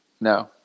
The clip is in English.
No